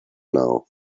now